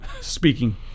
speaking